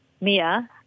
Mia